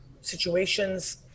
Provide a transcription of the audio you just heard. situations